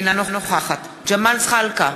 אינה נוכחת ג'מאל זחאלקה,